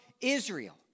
Israel